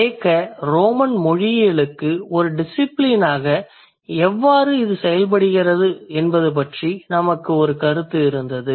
கிரேக்க ரோமன் மொழியியலுக்கு ஒரு டிசிபிலினாக எவ்வாறு செயல்படுகிறது என்பது பற்றி நமக்கு ஒரு கருத்து இருந்தது